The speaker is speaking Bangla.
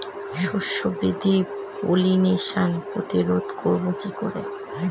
শস্য বৃদ্ধির পলিনেশান প্রতিরোধ করব কি করে?